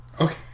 Okay